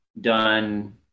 done